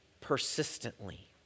persistently